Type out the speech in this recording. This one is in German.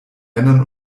männern